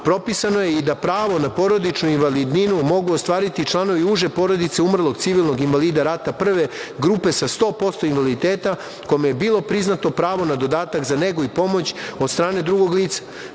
propisano je i da pravo na porodičnu invalidninu mogu ostvariti članovi uže porodice umrlog civilnog invalida rata prve grupe sa 100% invaliditeta, kome je bilo priznato pravo na dodatak za negu i pomoć, od strane drugog lica.